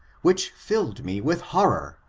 which filled me with horror,